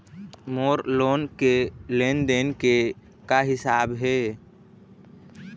मोर loan के लेन देन के का हिसाब हे?